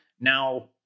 Now